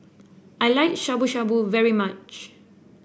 I like Shabu Shabu very much